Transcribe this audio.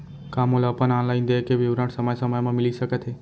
का मोला अपन ऑनलाइन देय के विवरण समय समय म मिलिस सकत हे?